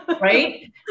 Right